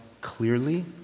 clearly